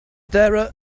there